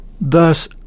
Thus